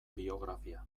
biografia